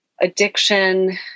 addiction